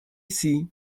see